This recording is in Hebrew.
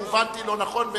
כי הובנתי לא נכון,